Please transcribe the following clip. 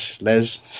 Les